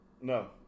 No